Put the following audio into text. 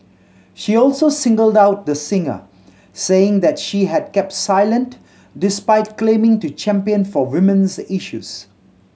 she also singled out the singer saying that she has kept silent despite claiming to champion for women's issues